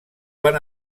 van